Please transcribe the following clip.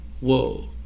Whoa